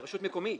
ברשות מקומית.